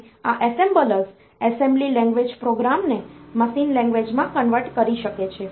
અને આ assemblers assembly language પ્રોગ્રામને મશીન લેંગ્વેજમાં કન્વર્ટ કરી શકે છે